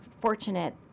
fortunate